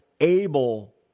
able